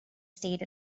stayed